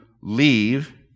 leave